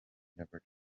never